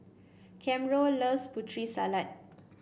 Camron loves Putri Salad